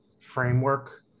framework